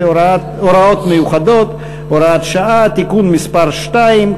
(הוראות מיוחדות) (הוראת שעה) (תיקון מס' 2),